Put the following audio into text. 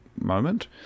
moment